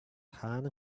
хаана